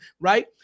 right